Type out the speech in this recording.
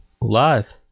live